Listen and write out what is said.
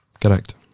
Correct